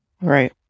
Right